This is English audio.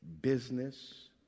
business